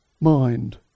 mind